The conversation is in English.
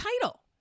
title